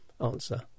Answer